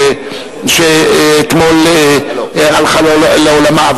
שאתמול הלכה לעולמה,